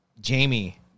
Jamie